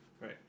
Right